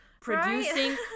producing